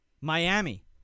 Miami